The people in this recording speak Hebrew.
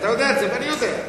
אתה יודע את זה ואני יודע.